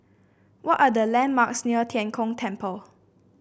what are the landmarks near Tian Kong Temple